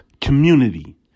community